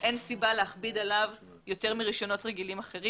אין סיבה להכביד עליו יותר מרישיונות רגילים אחרים